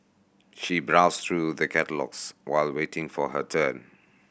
she browsed through the catalogues while waiting for her turn